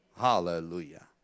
Hallelujah